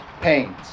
pains